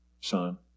Son